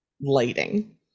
lighting